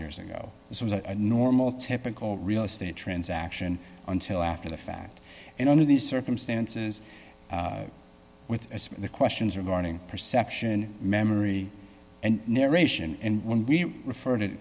years ago this was a normal typical real estate transaction until after the fact and under these circumstances with the questions regarding perception and memory and narration and when we refer to